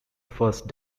first